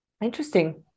Interesting